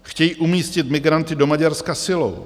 Chtějí umístit migranty do Maďarska silou.